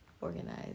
organized